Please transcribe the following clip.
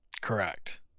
Correct